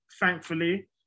thankfully